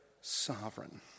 sovereign